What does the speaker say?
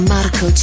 Marco